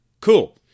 Cool